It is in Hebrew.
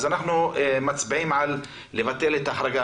אז אנחנו מצביעים על ביטול החרגה.